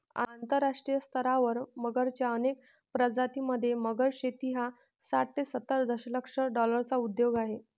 आंतरराष्ट्रीय स्तरावर मगरच्या अनेक प्रजातीं मध्ये, मगर शेती हा साठ ते सत्तर दशलक्ष डॉलर्सचा उद्योग आहे